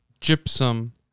Gypsum